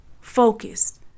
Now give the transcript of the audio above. focused